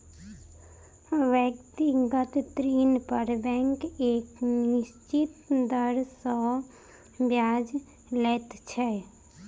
व्यक्तिगत ऋण पर बैंक एक निश्चित दर सॅ ब्याज लैत छै